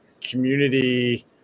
community